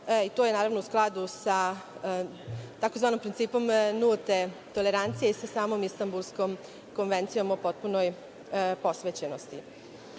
To je u skladu sa tzv. Principom nulte tolerancije i sa samom Istambulskom konvencijom o potpunoj posvećenosti. Jako